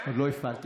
עוד לא הפעלתי.